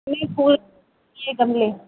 ये फूल ये गमले